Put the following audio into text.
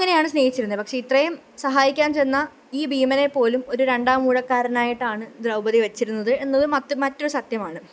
അങ്ങനെയാണ് സ്നേഹിച്ചിരുന്നത് പക്ഷെ ഇത്രെയും സഹായിക്കാന് ചെന്ന ഈ ഭീമനെപ്പോലും ഒരു രണ്ടാമൂഴക്കാരനായിട്ടാണ് ദ്രൗപദി വെച്ചിരുന്നത് എന്നത് മറ്റൊ മറ്റൊരു സത്യമാണ്